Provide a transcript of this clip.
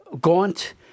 Gaunt